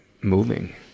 moving